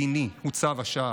מדיני, הוא צו השעה.